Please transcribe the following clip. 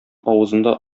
авызында